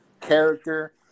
character